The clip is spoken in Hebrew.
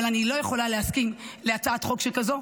אבל אני לא יכולה להסכים להצעת חוק שכזאת,